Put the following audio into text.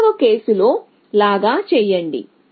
రెండవ కేసు లో లాగా చేయండి